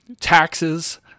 taxes